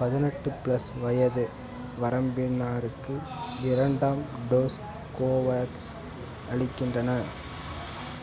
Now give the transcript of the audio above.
பதினெட்டு ப்ளஸ் வயது வரம்பினருக்கு இரண்டாம் டோஸ் கோவேக்ஸ் அளிக்கின்றன